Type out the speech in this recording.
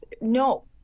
no